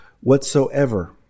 whatsoever